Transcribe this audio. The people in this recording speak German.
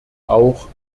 auch